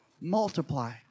multiply